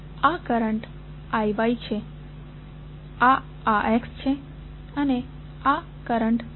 આ current IY છે આ IX છે અને આ કરંટ I છે